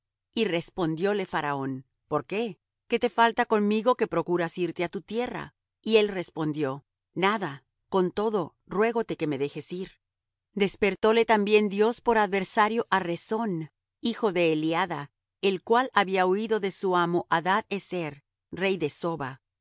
y respondióle faraón por qué qué te falta conmigo que procuras irte á tu tierra y él respondió nada con todo ruégote que me dejes ir despertóle también dios por adversario á rezón hijo de eliada el cual había huído de su amo adad ezer rey de soba